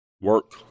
work